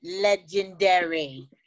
Legendary